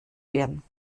werden